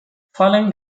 following